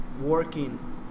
working